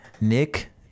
Nick